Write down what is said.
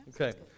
Okay